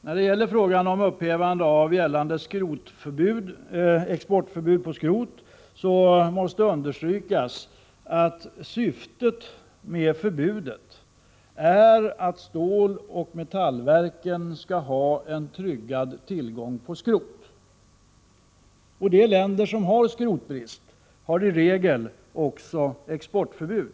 När det gäller frågan om upphävande av gällande exportförbud på skrot måste man understryka att syftet med förbudet är att ståloch metallverken skall ha en tryggad tillgång på skrot. De länder som har skrotbrist har i regel också exportförbud.